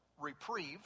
reprieve